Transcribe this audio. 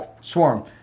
swarm